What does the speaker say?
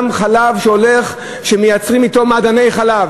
גם לחלב שמייצרים בו מעדני חלב?